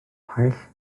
paill